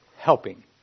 helping